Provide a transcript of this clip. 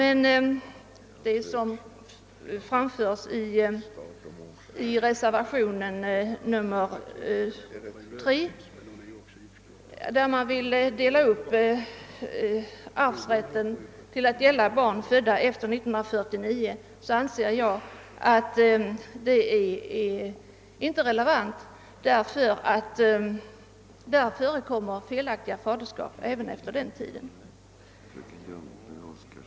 I reservationen 3 vill man dela upp arvsrätten till att gälla barn födda efter 1949, men det anser jag inte vara relevant därför att det förekommer felaktiga faderskap även efter denna tid.